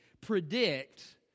predict